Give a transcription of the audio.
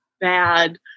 bad